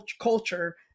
culture